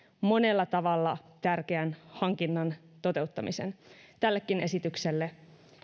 monella tavalla tärkeän hankinnan toteuttamisen tällekin esitykselle